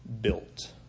built